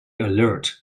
alert